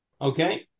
Okay